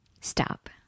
stop